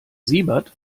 siebert